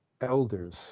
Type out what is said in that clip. elders